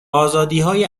آزادیهای